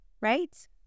Right